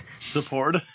Support